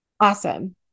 Awesome